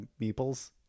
meeples